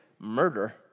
Murder